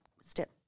step